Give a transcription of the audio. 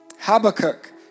Habakkuk